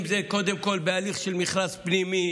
אם קודם כול זה הליך של מכרז פנימי,